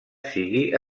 sigui